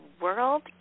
World